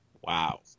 Wow